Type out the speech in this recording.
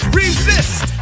resist